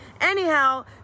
anyhow